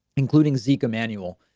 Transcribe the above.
including zeke emanuel,